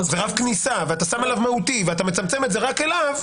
זה רף כניסה ואתה שם עליו מהותי ואתה מצמצם את זה רק אליו.